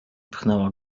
pchnęła